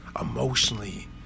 emotionally